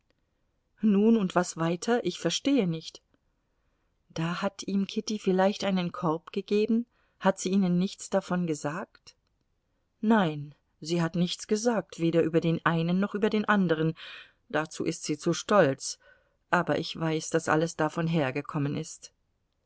nun und was weiter ich verstehe nicht da hat ihm kitty vielleicht einen korb gegeben hat sie ihnen nichts davon gesagt nein sie hat nichts gesagt weder über den einen noch über den anderen dazu ist sie zu stolz aber ich weiß daß alles davon hergekommen ist